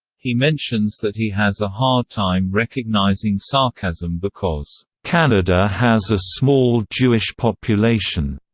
he mentions that he has a hard time recognizing sarcasm because canada has a small jewish population,